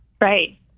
Right